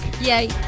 Yay